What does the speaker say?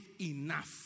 enough